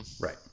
Right